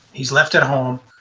he's left at home.